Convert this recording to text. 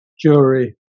jury